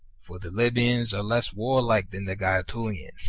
for the libyans are less warlike than the gaetulians.